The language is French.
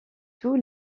tous